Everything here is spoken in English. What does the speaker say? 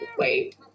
Wait